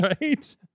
right